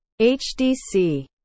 hdc